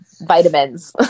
vitamins